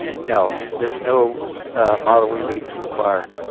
no. there's no model release required.